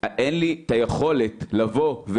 אין לי את היכולת להגיד,